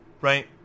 right